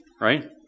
right